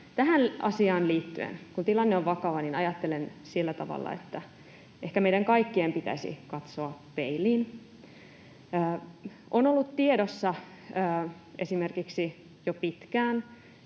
tähän asiaan liittyen, kun tilanne on vakava, ajattelen sillä tavalla, että ehkä meidän kaikkien pitäisi katsoa peiliin. On ollut tiedossa esimerkiksi jo pitkään,